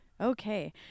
okay